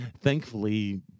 Thankfully